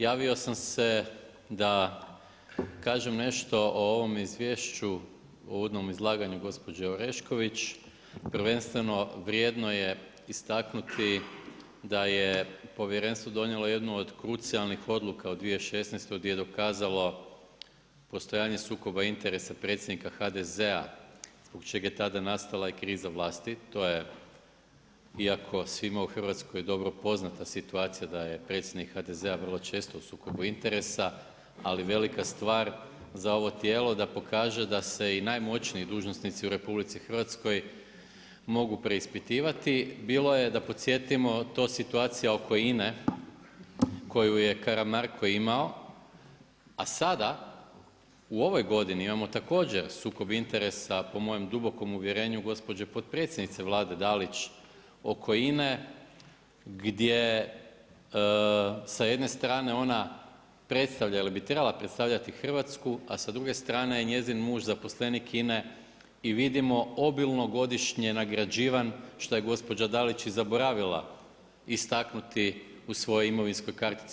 Javio sam se da kažem nešto o ovom izvješću u uvodnom izlaganju gospođe Orešković, prvenstveno vrijedno je istaknuti da je povjerenstvo donijelo jednu od krucijalnih odluka u 2016. gdje je dokazalo postojanje sukoba interesa predsjednika HDZ-a zbog čega je tada nastala i kriza vlasti, to je ionako svima u Hrvatskoj dobro poznata situacija da je predsjednik HDZ-a vrlo često u sukobu interesa, ali velika stvar za ovo tijelo da pokaže da se i najmoćniji dužnosnici u RH mogu preispitivati, bilo je da podsjetimo to situacija oko INA-e koju je Karamarko imao a sada u ovoj godini imamo također sukob interesa po mojem dubokom uvjerenju gospođe potpredsjednice Vlade Dalić oko INA-e gdje sa jedne strane ona predstavlja ili bi trebala predstavljati Hrvatsku a s druge strane je njezin muž zaposlenik INA-e i vidimo obilno godišnje nagrađivan što je gospođa Dalić i zaboravila istaknuti u svojoj imovinskoj kartici.